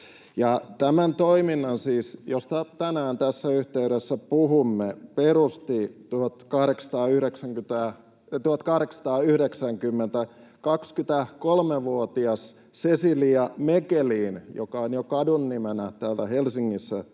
tämän toiminnan, josta tänään tässä yhteydessä puhumme, perusti 23-vuotias Cecilia Mechelin 1890 — joka on jo kadunnimenä täällä Helsingissä